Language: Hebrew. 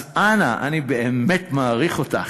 אז אנא, אני באמת מעריך אותך,